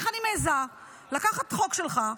איך אני מעיזה לקחת חוק שלך,